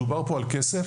דובר פה על כסף.